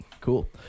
cool